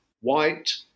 white